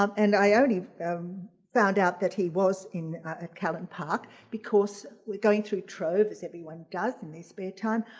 um and i only um found out that he was in ah callan park because we're going through trove, as everyone does in their spare time.